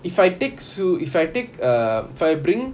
if I take su~ if I take err if I bring S